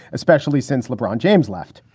especially since lebron james left,